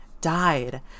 died